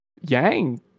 yang